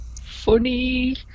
funny